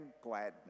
gladness